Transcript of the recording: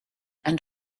and